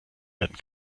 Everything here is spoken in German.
werden